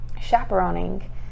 chaperoning